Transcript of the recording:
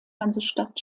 hansestadt